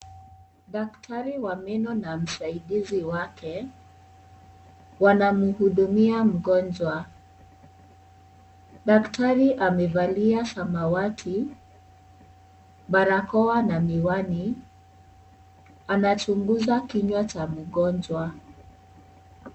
Daktari wa meno na msaidizi wake wanamhudumia mgonjwa. Daktari amevalia samawati, barakoa na miwani. Anachunguza kinywa cha mgonjwa.